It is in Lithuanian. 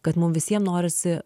kad mum visiem norisi